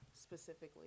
specifically